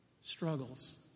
struggles